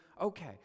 okay